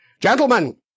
Gentlemen